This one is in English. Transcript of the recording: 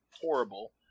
horrible